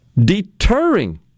deterring